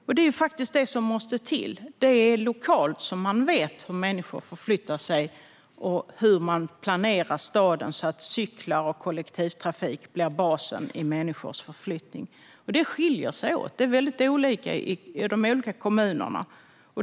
Det är faktiskt det som måste till. Det är lokalt som man vet hur människor förflyttar sig och hur man planerar staden så att cyklar och kollektivtrafik blir basen i människors förflyttning. Det skiljer sig åt och är väldigt olika i olika kommuner.